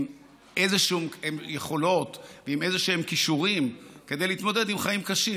איזשהן יכולות ואיזשהם כישורים כדי להתמודד עם חיים קשים.